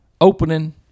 opening